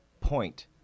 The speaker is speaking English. Point